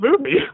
movie